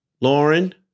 Lauren